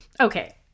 Okay